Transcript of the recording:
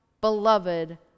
beloved